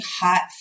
hot